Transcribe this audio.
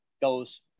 goes